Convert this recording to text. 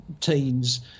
teens